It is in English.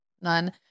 none